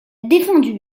défendu